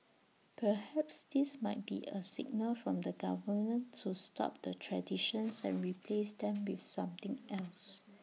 perhaps this might be A signal from the government to stop the traditions and replace them with something else